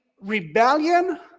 rebellion